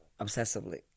obsessively